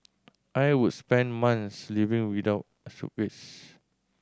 I would spend month living without a suitcase